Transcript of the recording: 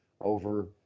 over